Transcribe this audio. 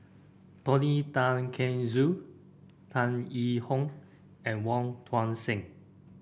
Tony Tan Keng Joo Tan Yee Hong and Wong Tuang Seng